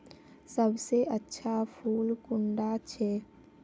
सबसे अच्छा फुल कुंडा छै?